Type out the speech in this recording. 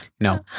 No